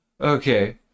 okay